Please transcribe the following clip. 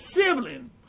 sibling